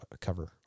cover